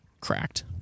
cracked